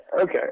Okay